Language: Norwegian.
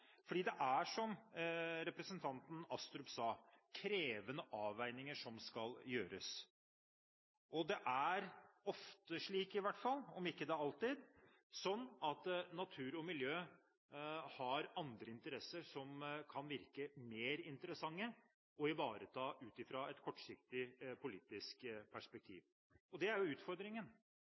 det er, som representanten Astrup sa, krevende avveininger som skal gjøres. Og det er slik – om ikke alltid, så i hvert fall ofte – at natur og miljø har andre interesser som kan virke mer interessante å ivareta ut i fra et kortsiktig politisk perspektiv. Og det er jo utfordringen.